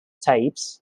types